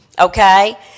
okay